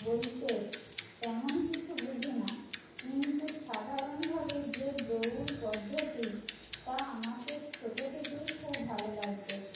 বলতে তেমন কিছু বুঝি না কিন্তু সাধারণভাবে যে দৌড় পদ্ধতি তা আমাকে ছোটো থেকেই খুব ভালো লাগতো